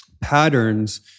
patterns